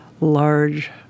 large